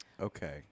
Okay